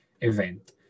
event